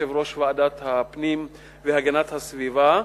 יושב-ראש ועדת הפנים והגנת הסביבה,